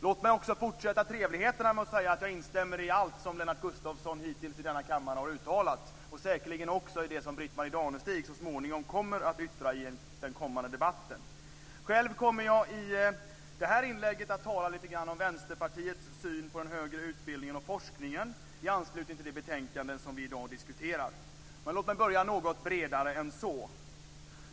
Låt mig också fortsätta i denna trevliga anda och säga att jag instämmer i allt det som Lennart Gustavsson hittills i denna kammare har uttalat och säkert också i det som Britt-Marie Danestig så småningom kommer att yttra i den fortsatta debatten. Själv kommer jag i det här inlägget att tala lite grann om Vänsterpartiets syn på den högre utbildningen och forskningen i anslutning till det betänkande som vi i dag diskuterar. Men låt mig börja något bredare än så.